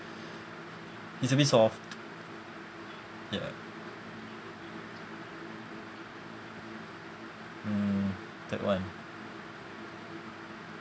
he's a bit soft ya mm third one